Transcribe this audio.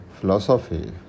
philosophy